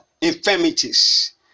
infirmities